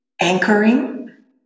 anchoring